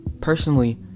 Personally